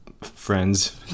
friends